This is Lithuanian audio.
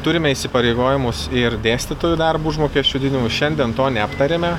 turime įsipareigojimus ir dėstytojų darbo užmokesčio didinimui šiandien to neaptarėme